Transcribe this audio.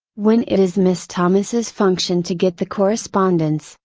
when it is miss thomases function to get the correspondence,